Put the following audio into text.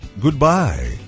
Goodbye